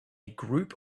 group